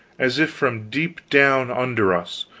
as if from deep down under us,